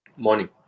Morning